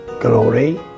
glory